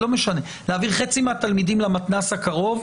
להעביר חצי מהתלמידים למתנ"ס הקרוב,